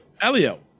Elio